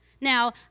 Now